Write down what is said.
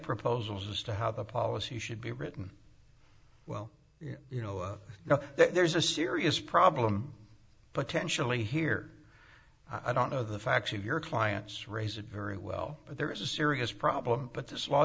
proposals as to how the policy should be written well you know i know there's a serious problem potentially here i don't know the facts of your clients raise it very well but there is a serious problem but this law